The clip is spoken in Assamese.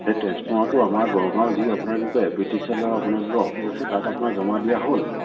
সেই ট্ৰেঞ্চফৰ্মাৰটো আমাৰ গড়গাঁও যি আপোনাৰ কি কয় এ পি টি চি এলৰ আপোনাৰ কি কয় অফিচ আছে তাত আপোনাৰ জমা দিয়া হ'ল